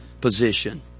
position